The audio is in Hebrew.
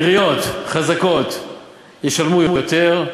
עיריות חזקות ישלמו יותר,